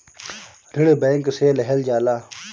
ऋण बैंक से लेहल जाला